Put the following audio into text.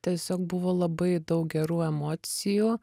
tiesiog buvo labai daug gerų emocijų